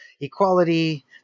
equality